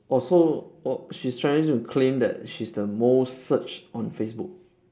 oh so oh she's trying to claim that she's the most searched on facebook